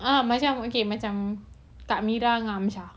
ah macam okay macam kak mira dengan amsyar